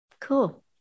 Cool